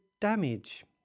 damage